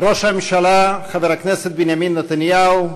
ראש הממשלה חבר הכנסת בנימין נתניהו,